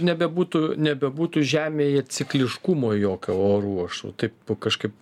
nebebūtų nebebūtų žemėje cikliškumo jokio orų aš va taip kažkaip